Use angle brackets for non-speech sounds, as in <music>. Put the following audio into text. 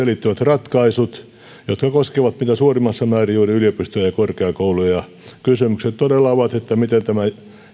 <unintelligible> liittyvät ratkaisut jotka koskevat mitä suurimmassa määrin juuri yliopistoja ja korkeakouluja kysymykset todella ovat miten tämä